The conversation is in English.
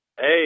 Hey